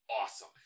awesome